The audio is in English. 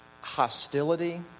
hostility